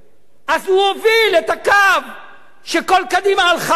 אז הוא הוביל את הקו שכל קדימה הלכה אחריו,